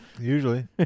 Usually